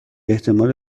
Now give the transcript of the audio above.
احتمال